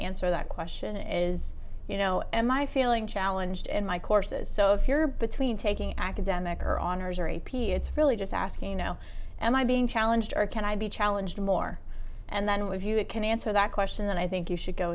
answer that question is you know am i feeling challenged in my courses so if you're between taking academic or honors or a p it's really just asking you know am i being challenged or can i be challenged more and then we view it can answer that question then i think you should go